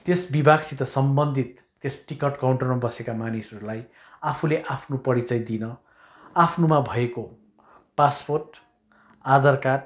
त्यस विभागसित सम्बन्धित त्यस टिकट काउन्टरमा बसेका मानिसहरूलाई आफूले आफ्नो परिचय दिन आफ्नोमा भएको पासपोर्ट आधार कार्ड